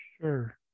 Sure